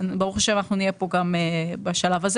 ברוך השם אנחנו נהיה כאן גם בשלב הזה